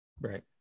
Right